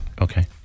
Okay